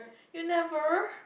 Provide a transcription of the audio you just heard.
you never